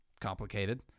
complicated